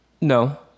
No